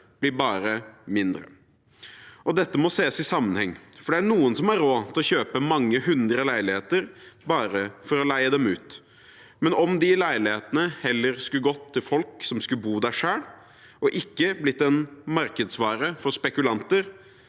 blir bare mindre. Dette må ses i sammenheng. Det er noen som har råd til å kjøpe mange hundre leiligheter bare for å leie dem ut. Om de leilighetene heller hadde gått til folk som skulle bo der selv, og ikke blitt en markedsvare for spekulanter,